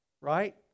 right